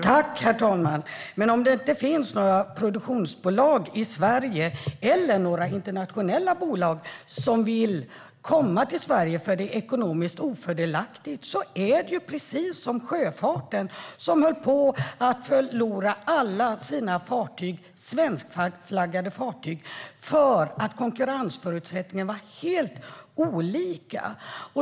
Herr talman! Men om det inte finns några produktionsbolag i Sverige eller några internationella bolag som vill komma till Sverige för att det är ekonomiskt ofördelaktigt är det precis som med sjöfarten som höll på att förlora alla sina fartyg, svenskflaggade fartyg, för att konkurrensförutsättningarna var helt olika.